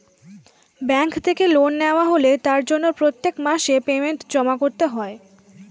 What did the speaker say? bank থেকে loan নেওয়া হলে তার জন্য প্রত্যেক মাসে পেমেন্ট জমা করতে হয়